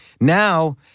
Now